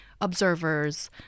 observers